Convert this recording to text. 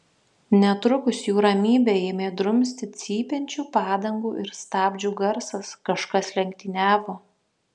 netrukus jų ramybę ėmė drumsti cypiančių padangų ir stabdžių garsas kažkas lenktyniavo